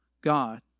God